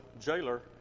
jailer